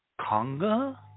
conga